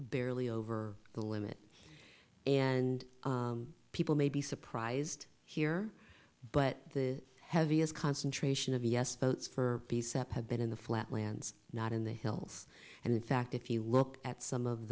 barely over the limit and people may be surprised here but the heaviest concentration of yes votes for the separate been in the flatlands not in the hills and in fact if you look at some of